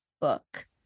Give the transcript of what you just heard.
book